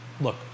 look